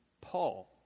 Paul